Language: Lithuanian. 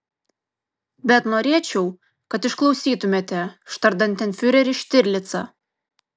bet norėčiau kad išklausytumėte štandartenfiurerį štirlicą